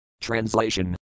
Translation